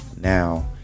now